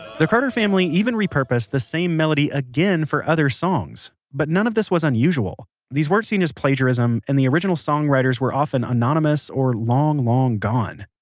the carter family even repurposed this same melody again for other songs. but none of this was unusual. these weren't seen as plagiarism and the original songwriters were often anonymous or long, long gone